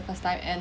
the first time and